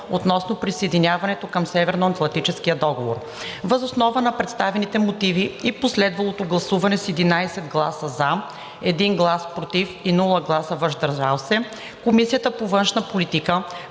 Комисията по външна политика.